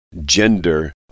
gender